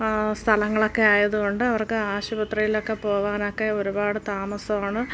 സ്ഥലങ്ങളൊക്കെ ആയതു കൊണ്ട് അവർക്ക് ആശുപത്രിയിലൊക്കെ പോകാനൊക്കെ ഒരുപാട് താമസമാണ്